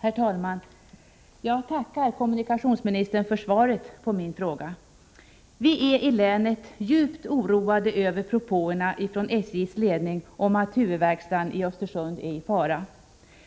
Herr talman! Jag tackar kommunikationsministern för svaret på min fråga. Vi är i länet djupt oroade över propåerna från SJ:s ledning om att huvudverkstaden i Östersund är i fara.